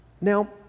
Now